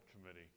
committee